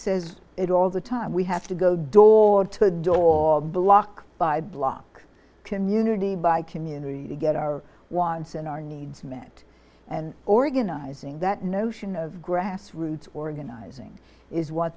says it all the time we have to go door to door block by block community by community to get our wants and our needs met and organizing that notion of grassroots organizing is what